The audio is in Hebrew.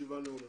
הישיבה נעולה.